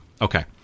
Okay